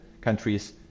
countries